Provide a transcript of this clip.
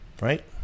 Right